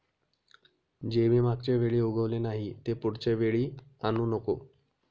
जे बी मागच्या वेळी उगवले नाही, ते पुढच्या वेळी आणू नको